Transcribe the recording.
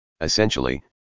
Essentially